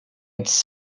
its